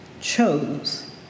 chose